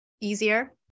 easier